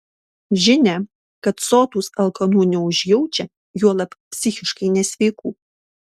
žinia kad sotūs alkanų neužjaučia juolab psichiškai nesveikų